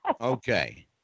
Okay